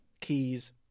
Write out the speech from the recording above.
keys